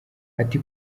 ati